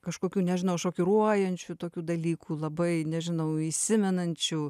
kažkokių nežinau šokiruojančių tokių dalykų labai nežinau įsimenančių